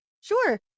Sure